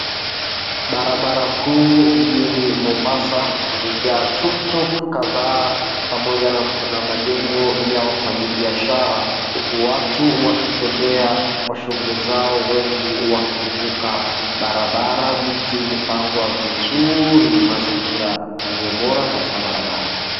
Barabara kuu mjini Mombasa imejaa tuktuk kadhaa pamoja na majengo ya wafanyi biashara huku watu wakitembea kwa shughuli zao wengi wakivuka barabara, miti imepangwa vizuri mazingira yaliyo bora katika barabara.